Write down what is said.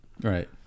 Right